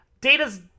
Data's